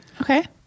okay